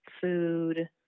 food